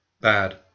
Bad